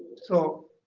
so